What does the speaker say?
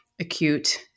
acute